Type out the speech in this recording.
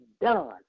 done